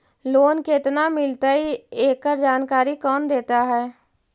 Loan केत्ना मिलतई एकड़ जानकारी कौन देता है?